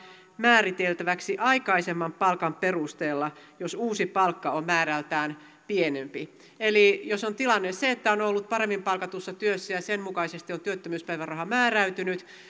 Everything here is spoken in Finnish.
määriteltäväksi aikaisemman palkan perusteella jos uusi palkka on määrältään pienempi eli jos on tilanne se että on ollut paremmin palkatussa työssä ja sen mukaisesti on työttömyyspäiväraha määräytynyt